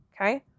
okay